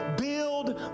build